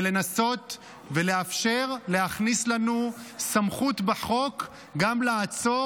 -- ולנסות ולאפשר להכניס לנו סמכות בחוק גם לעצור